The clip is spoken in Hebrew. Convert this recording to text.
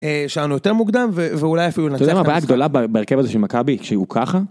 יש לנו יותר מוקדם ואולי אפילו יונתן אתה יודע מה הבעיה בהרכב הזה של מכבי שהוא ככה